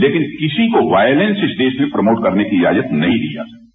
लेकिन किसी को वायलेंस इस देश में प्रमोट करने की इजाजत नहीं दी जा सकती